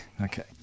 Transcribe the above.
Okay